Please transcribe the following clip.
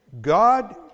God